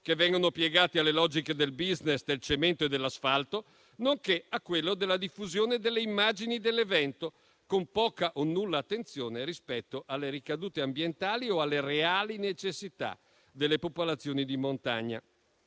che vengono piegati alle logiche del *business*, del cemento e dell'asfalto, nonché a quello della diffusione delle immagini dell'evento, con poca o nulla attenzione rispetto alle ricadute ambientali o alle reali necessità delle popolazioni di montagna.